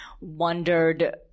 wondered